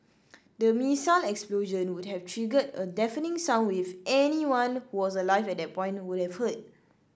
the missile explosion would have triggered a deafening sound wave anyone who was alive at that point would have heard